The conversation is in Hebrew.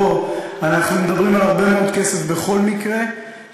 אנחנו מדברים על הרבה מאוד כסף בכל מקרה.